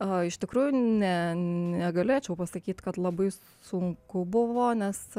o iš tikrųjų ne negalėčiau pasakyt kad labai sunku buvo nes